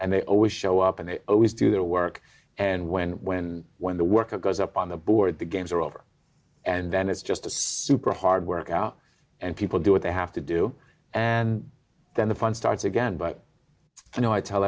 and they always show up and they always do their work and when when when the worker goes up on the board the games are over and then it's just a super hard workout and people do what they have to do and then the fun starts again but you know i tell